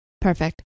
perfect